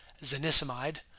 zanisamide